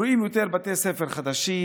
רואים יותר בתי ספר חדשים.